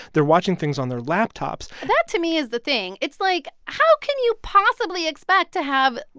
they're watching things on their laptops that to me is the thing. it's, like, how can you possibly expect to have,